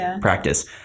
practice